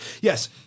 Yes